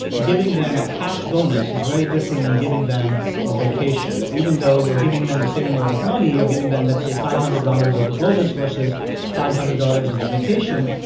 giving them a cash bonus is very different than giving them a vacation that even though you're giving them the same amount of money, you're giving them, let's say, five hundred dollars as the bonus versus five hundred dollars as a vacation,